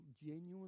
genuinely